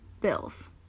bills